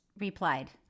replied